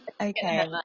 Okay